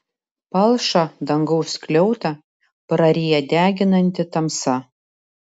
palšą dangaus skliautą praryja deginanti tamsa